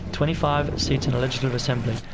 twenty five seats in the legislative assembly.